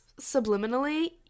subliminally